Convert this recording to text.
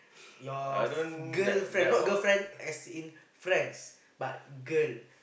your girl friend not girl friend as in friends but girl